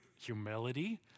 Humility